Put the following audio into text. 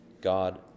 God